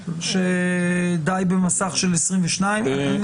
שדי במסך של 22 אינץ'?